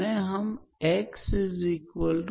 यहाँ पर भी हम प्रतिस्थापन का प्रयोग करेंगे